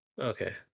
Okay